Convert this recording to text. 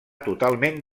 totalment